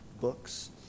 books